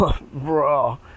bro